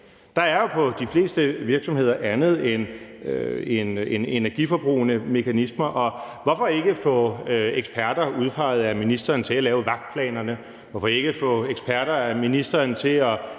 Der er jo på de fleste virksomheder andet end energiforbrugende mekanismer, og hvorfor ikke få eksperter udpeget af ministeren til at lave vagtplanerne? Hvorfor ikke få eksperter udnævnt af ministeren til at